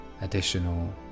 additional